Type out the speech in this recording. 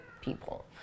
people